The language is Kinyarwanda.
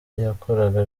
yakoraga